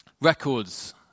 records